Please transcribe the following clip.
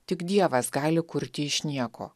tik dievas gali kurti iš nieko